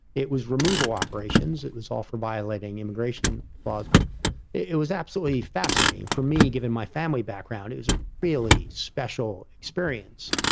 it was removal operations. it was all for violating immigration laws, but it it was absolutely fascinating for me, given my family background, it was a really special experience.